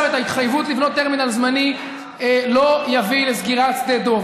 את ההתחייבות לבנות טרמינל זמני לא יביא לסגירת שדה דב.